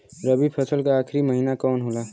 रवि फसल क आखरी महीना कवन होला?